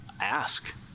ask